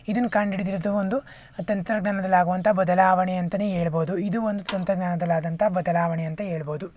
ಇದನ್ನು ಕಂಡುಹಿಡಿದಿರುವುದು ಒಂದು ತಂತ್ರಜ್ಞಾನದಲ್ಲಾಗುವಂಥ ಬದಲಾವಣೆ ಅಂತನೇ ಹೇಳ್ಬೋದು ಇದು ಒಂದು ತಂತ್ರಜ್ಞಾನದಲ್ಲಾದಂಥ ಬದಲಾವಣೆ ಅಂತ ಹೇಳ್ಬೋದು